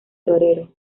torero